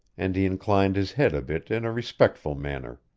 and he inclined his head a bit in a respectful manner.